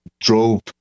drove